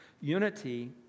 unity